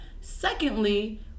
secondly